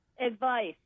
advice